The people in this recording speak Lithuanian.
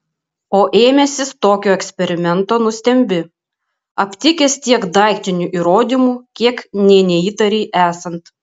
o ėmęsis tokio eksperimento nustembi aptikęs tiek daiktinių įrodymų kiek nė neįtarei esant